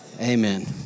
Amen